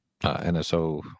NSO